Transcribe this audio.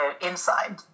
inside